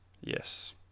Yes